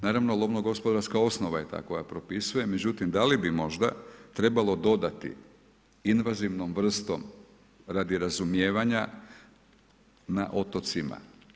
Naravno lovno gospodarska osnova je ta koja propisuje, međutim, da li bi možda trebalo dodati invazivnom vrstom radi razumijevanja na otocima?